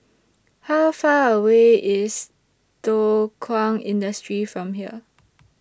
How Far away IS Thow Kwang Industry from here